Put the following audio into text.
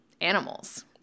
animals